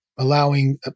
Allowing